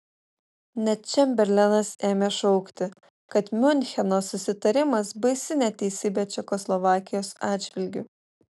net čemberlenas ėmė šaukti kad miuncheno susitarimas baisi neteisybė čekoslovakijos atžvilgiu